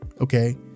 okay